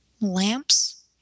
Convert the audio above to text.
lamps